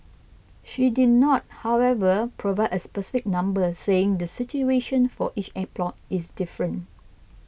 she did not however provide a specific number saying the situation for each airport is different